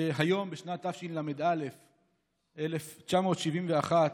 שהיום בשנת תשל"א, 1971,